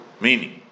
meaning